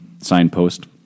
signpost